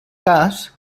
cas